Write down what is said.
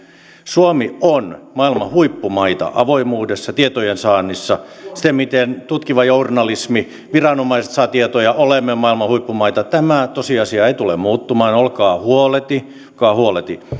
suomi on maailman huippumaita avoimuudessa tietojensaannissa siinä miten tutkiva journalismi viranomaiset saavat tietoja olemme maailman huippumaita tämä tosiasia ei tule muuttumaan olkaa huoleti